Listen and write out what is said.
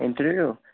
interview